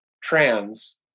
trans